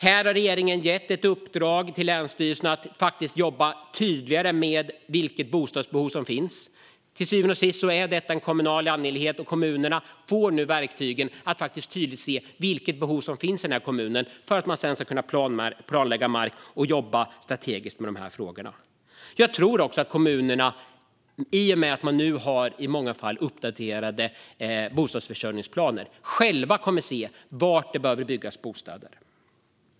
Därför har regeringen gett ett uppdrag till länsstyrelserna att ta reda på vilka bostadsbehov som finns. Till syvende och sist är detta en kommunal angelägenhet. Kommunerna får nu verktyg för att tydligt se vilka behov som finns i kommunerna för att sedan kunna planlägga mark och jobba strategiskt. Jag tror också att kommunerna, i och med att man nu i många fall har uppdaterade bostadsförsörjningsplaner, själva kommer att se var det behöver byggas bostäder.